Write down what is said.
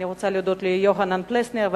אני רוצה להודות ליוחנן פלסנר,